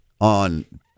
on